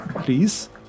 Please